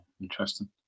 interesting